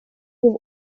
був